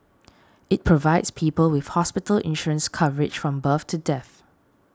it provides people with hospital insurance coverage from birth to death